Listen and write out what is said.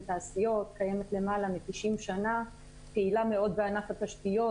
תעשיות" שקיימת למעלה מ-90 שנה ופעילה מאוד בענף התשתיות,